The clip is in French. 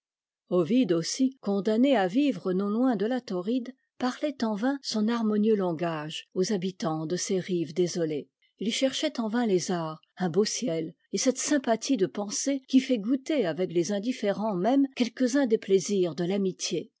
ovide aussi condamné à vivre non loin de la tauride parlait en vain son harmonieux langage aux habitants de ces rives désolées il cherchait en vain les arts un beau ciel et cette sympathie de pensées qui fait goûter avec les indifférents mêmes quelques-uns des plaisirs de t'amitié